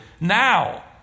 now